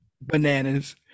Bananas